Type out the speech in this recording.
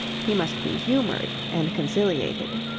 he must be humoured and conciliated.